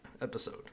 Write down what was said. episode